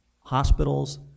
Hospitals